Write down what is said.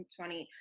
20